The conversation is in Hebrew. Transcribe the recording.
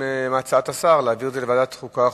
להצעת השר להעביר את הנושא לוועדת חוקה,